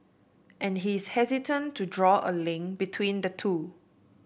and he is hesitant to draw a link between the two